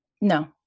No